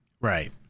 Right